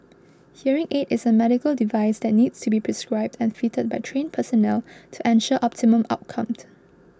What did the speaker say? hearing aid is a medical device that needs to be prescribed and fitted by trained personnel to ensure optimum outcome